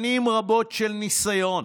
שנים רבות של ניסיון.